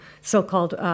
so-called